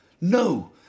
No